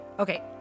Okay